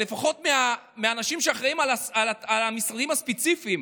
אבל לפחות מהאנשים שאחראים למשרדים הספציפיים,